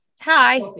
Hi